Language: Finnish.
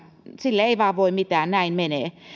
sille ei vain voi mitään näin se menee